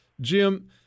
Jim